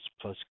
plus